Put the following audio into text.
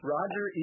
Roger